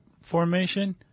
formation